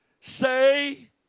say